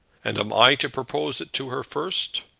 and am i to propose it to her first?